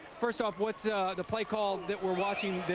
first off what's the play call that we're watching.